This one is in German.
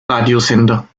radiosender